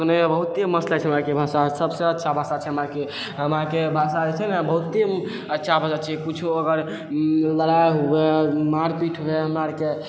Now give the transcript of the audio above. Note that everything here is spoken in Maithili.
सुनैमे बहुते मस्त लगै छै हमरा आरके सब से अच्छा भाषा छै हमराके हमराके भाषा जे छै ने बहुते अच्छा लगै छै किछौ अगर लड़ाइ हुए मारपीट हुए हमरा आरके